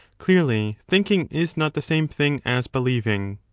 clearly thinking is not the same thing as believing.